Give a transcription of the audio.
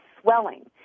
swelling